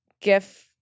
gift